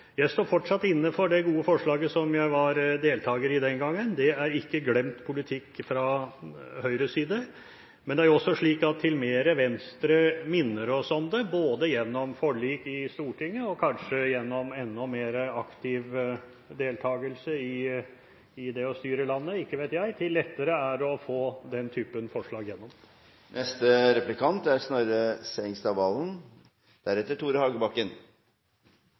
Jeg står fortsatt inne for det gode forslaget som jeg var medforslagsstiller til den gangen – det er ikke glemt politikk fra Høyres side. Men jo mer Venstre minner oss på dette gjennom forlik i Stortinget – og kanskje gjennom enda mer aktiv deltakelse i det å styre landet, ikke vet jeg – jo lettere er det å få den typen forslag